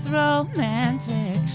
romantic